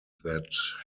that